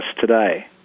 today